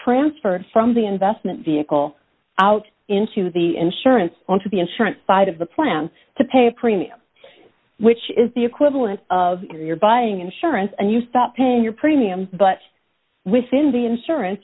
transferred from the investment vehicle out into the insurance onto the insurance side of the plan to pay a premium which is the equivalent of your buying insurance and you thought paying your premiums but within the insur